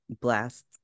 blast